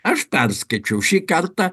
aš perskaičiau šį kartą